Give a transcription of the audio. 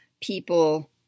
people